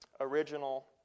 original